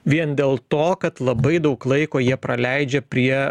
vien dėl to kad labai daug laiko jie praleidžia prie